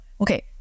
okay